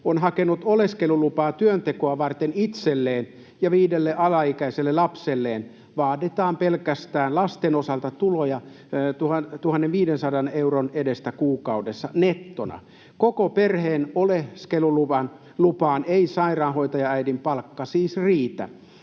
on hakenut oleskelulupaa työntekoa varten itselleen ja viidelle alaikäiselle lapselleen, vaaditaan pelkästään lasten osalta tuloja 1 500 euron edestä kuukaudessa nettona. Koko perheen oleskelulupaan ei sairaanhoitajaäidin palkka siis riitä.